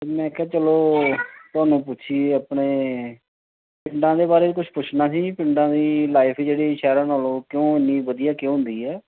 ਮੈਂ ਕਿਹਾ ਚਲੋ ਤੁਹਾਨੂੰ ਪੁੱਛੀਏ ਆਪਣੇ ਪਿੰਡਾਂ ਦੇ ਬਾਰੇ ਕੁਛ ਪੁੱਛਣਾ ਸੀ ਪਿੰਡਾਂ ਦੀ ਲਾਈਫ ਜਿਹੜੀ ਸ਼ਹਿਰਾਂ ਨਾਲੋਂ ਕਿਉਂ ਇੰਨੀ ਵਧੀਆ ਕਿਉਂ ਹੁੰਦੀ ਹੈ